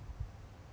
see how it is